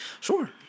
Sure